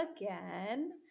again